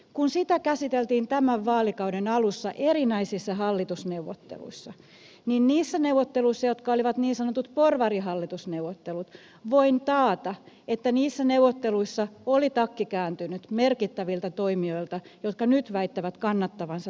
kun sitä käsiteltiin tämän vaalikauden alussa erinäisissä hallitusneuvotteluissa niin niissä neuvotteluissa jotka olivat niin sanotut porvarihallitusneuvottelut voin taata että oli takki kääntynyt merkittäviltä toimijoilta jotka nyt väittävät kannattavansa sitä lakia